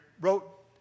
wrote